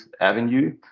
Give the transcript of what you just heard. avenue